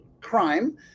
crime